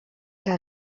que